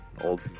old